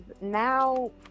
now